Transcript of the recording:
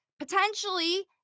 Potentially